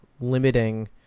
limiting